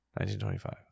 1925